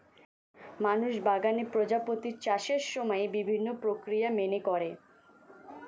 মানুষ বাগানে প্রজাপতির চাষের সময় বিভিন্ন প্রক্রিয়া মেনে করে